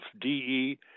D-E